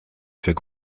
fait